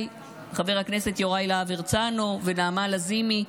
חבר הכנסת יוראי להב הרצנו ונעמה לזימי,